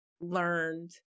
learned